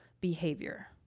behavior